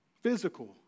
physical